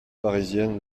parisienne